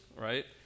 right